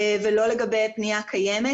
ולא לגבי בנייה קיימת.